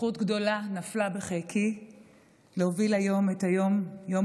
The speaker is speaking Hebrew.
זכות גדולה נפלה בחלקי להוביל היום את יום